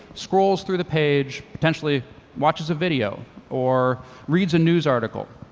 scrolls through the page, potentially watches a video or reads a news article,